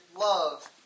love